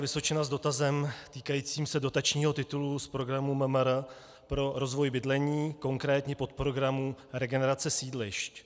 Vysočina s dotazem týkajícím se dotačního titulu z programu MMR pro rozvoj bydlení, konkrétně podprogramu Regenerace sídlišť.